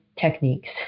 techniques